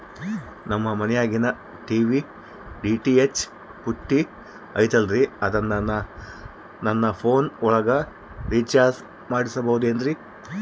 ನಮ್ಮ ಮನಿಯಾಗಿನ TV DTH ಪುಟ್ಟಿ ಐತಲ್ರೇ ಅದನ್ನ ನನ್ನ ಪೋನ್ ಒಳಗ ರೇಚಾರ್ಜ ಮಾಡಸಿಬಹುದೇನ್ರಿ?